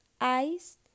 eyes